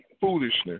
foolishness